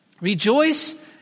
Rejoice